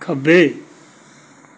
ਖੱਬੇ